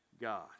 God